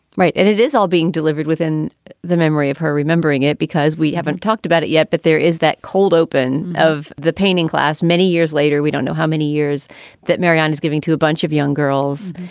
right. it it is all being delivered within the memory of her remembering it because we haven't talked about it yet. but there is that cold open of the painting class many years later. we don't know how many years that ann and is giving to a bunch of young girls.